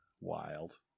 Wild